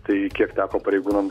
tai kiek teko pareigūnams